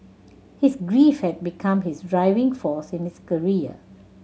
his grief had become his driving force in his career